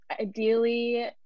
ideally